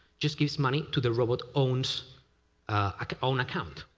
just gives money to the robot's own so ah own account.